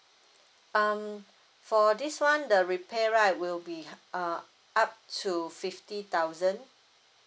um for this one the repair right will be ha~ uh up to fifty thousand